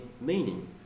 meaning